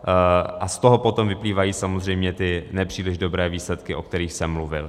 A z toho potom vyplývají samozřejmě ty nepříliš dobré výsledky, o kterých jsem mluvil.